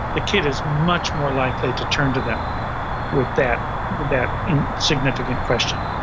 the kid is much more likely to turn to them with that with that significant question.